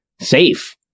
Safe